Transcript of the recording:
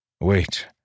Wait